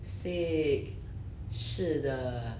sick 是的